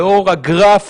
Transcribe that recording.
לאור הגרף